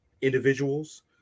individuals